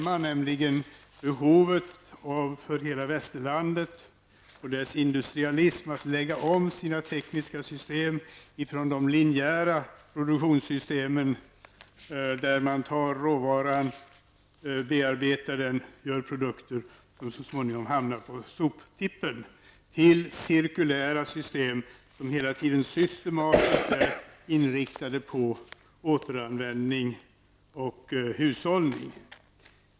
Det handlar nämligen om att det föreligger ett behov för hela västerlandet och dess industrialism av en omläggning av de tekniska systemen. Det behövs alltså en omläggning från linjära produktionssystem -- system, där man bearbetar en råvara för att sedan göra produkter av den som så småningom hamnar på soptippen -- till cirkulära system som hela tiden systematiskt har en inriktning mot återanvändning och hushållning.